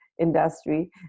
industry